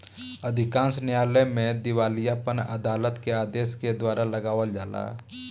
अधिकांश न्यायालय में दिवालियापन अदालत के आदेश के द्वारा लगावल जाला